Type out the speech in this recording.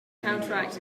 counteract